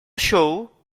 show